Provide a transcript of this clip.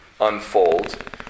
unfold